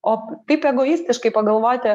o kaip egoistiškai pagalvoti